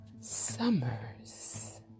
Summers